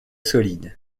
solide